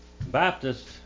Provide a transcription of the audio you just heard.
Baptist